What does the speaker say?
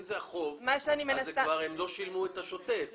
אם זה החוב אז הם כבר לא שילמו את השוטף,